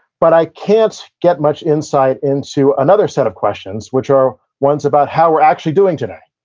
but, i can't get much insight into another set of questions, which are ones about how we're actually doing today.